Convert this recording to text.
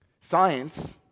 Science